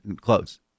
Close